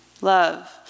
love